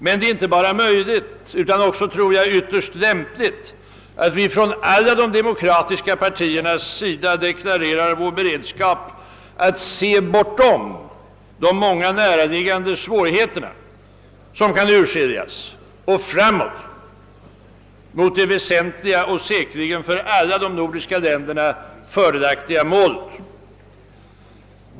Men det är inte bara möjligt utan som jag tror också ytterst lämpligt att vi från alla de demokratiska partierna deklarerar vår beredskap att se bortom de många näraliggande svårigheter, som kan urskiljas, och framåt mot de väsentliga och säkerligen för alla de nordiska länderna fördelaktiga målen.